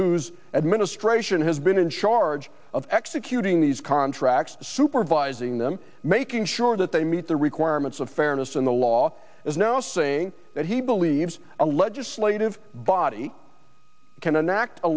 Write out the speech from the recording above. whose administration has been in charge of executing these contracts supervising them making sure that they meet the requirements of fairness in the law is now saying that he believes a legislative body can enact a